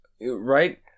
Right